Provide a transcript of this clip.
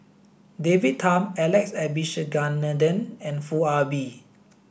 David Tham Alex Abisheganaden and Foo Ah Bee